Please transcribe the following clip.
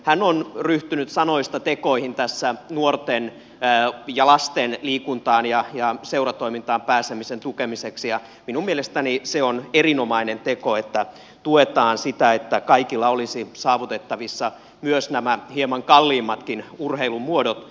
hän on ryhtynyt sanoista tekoihin tässä nuorten ja lasten liikuntaan ja seuratoimintaan pääsemisen tukemisessa ja minun mielestäni se on erinomainen teko että tuetaan sitä että kaikilla olisi saavutettavissa myös nämä hieman kalliimmatkin urheilumuodot